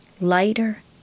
lighter